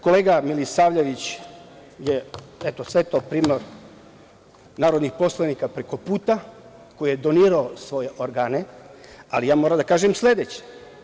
Kolega Milisavljević je svetao primer narodnih poslanika preko puta, koji je donirao svoje organe, ali ja moram da kažem sledeće.